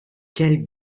quelle